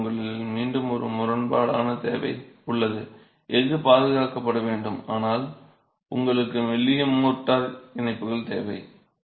எனவே உங்களுக்கு மீண்டும் ஒரு முரண்பாடான தேவை உள்ளது எஃகு பாதுகாக்கப்பட வேண்டும் ஆனால் உங்களுக்கு மெல்லிய மோர்டார் இணைப்புகள் தேவை